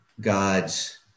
God's